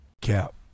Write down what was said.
Cap